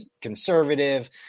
conservative